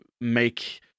make